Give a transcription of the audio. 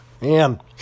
man